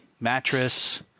mattress